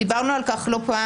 דיברנו על כך לא פעם,